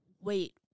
Wait